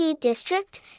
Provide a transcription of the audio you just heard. District